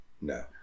No